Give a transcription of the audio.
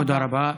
תודה רבה.